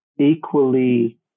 equally